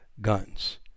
guns